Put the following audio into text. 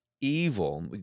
evil